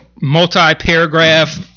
multi-paragraph